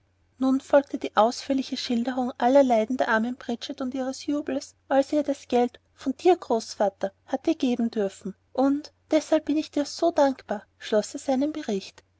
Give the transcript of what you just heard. nun folgte die ausführliche schilderung aller leiden der armen bridget und ihres jubels als er ihr das geld von dir großvater hatte geben dürfen und deshalb bin ich dir so dankbar schloß er seinen bericht